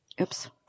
Oops